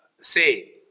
say